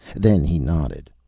then he nodded.